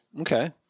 Okay